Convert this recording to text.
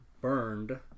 burned